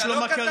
יש לו מכרים,